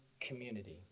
community